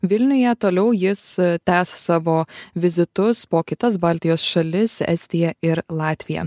vilniuje toliau jis tęs savo vizitus po kitas baltijos šalis estiją ir latviją